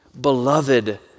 beloved